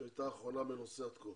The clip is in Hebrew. היא האחרונה בנושא עד כה.